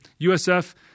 USF